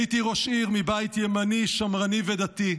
הייתי ראש עיר מבית ימני, שמרני ודתי.